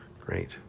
Great